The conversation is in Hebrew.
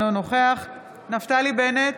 אינו נוכח נפתלי בנט,